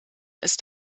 ist